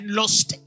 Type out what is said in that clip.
lost